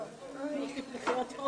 לכולם, אני רוצה לפתוח את ישיבת